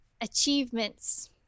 achievements